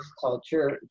culture